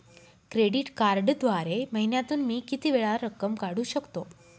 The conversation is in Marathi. क्रेडिट कार्डद्वारे महिन्यातून मी किती वेळा रक्कम काढू शकतो?